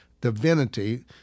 divinity